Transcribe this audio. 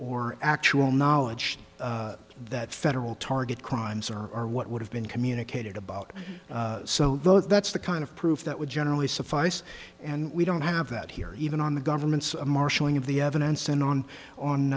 or actual knowledge that federal target crimes are what would have been communicated about so that's the kind of proof that would generally suffice and we don't have that here even on the government's marshalling of the evidence and on on